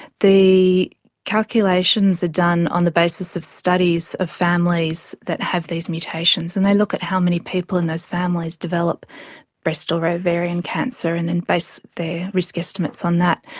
the calculations are done on the basis of studies of families that have these mutations and they look at how many people in those families develop breast or ovarian cancer and then base their risk estimates on that.